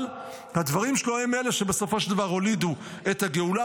אבל הדברים שלו הם אלה שבסופו של דבר הולידו את הגאולה,